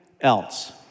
else